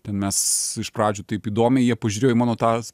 tad mes iš pradžių taip įdomiai jie pažiūrėjo į mano tą